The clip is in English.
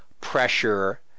pressure